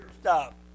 Stop